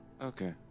Okay